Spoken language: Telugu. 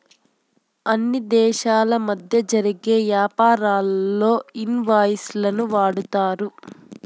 అన్ని దేశాల మధ్య జరిగే యాపారాల్లో ఇన్ వాయిస్ లను వాడతారు